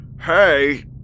Hey